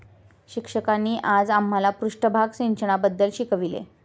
शिक्षकांनी आज आम्हाला पृष्ठभाग सिंचनाबद्दल शिकवले